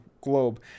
globe